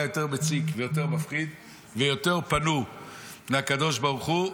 יותר מציק ויותר מפחיד ויותר פנו לקדוש ברוך הוא,